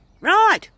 right